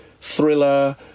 thriller